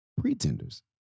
pretenders